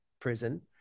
prison